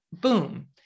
Boom